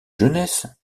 jeunesse